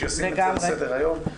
שישים את זה על סדר היום.